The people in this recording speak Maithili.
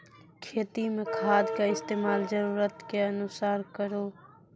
खेती मे खाद के इस्तेमाल जरूरत के अनुसार करऽ